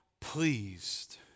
pleased